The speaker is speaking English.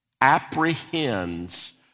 apprehends